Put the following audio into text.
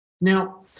Now